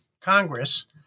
Congress